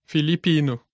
Filipino